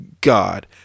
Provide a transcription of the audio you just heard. God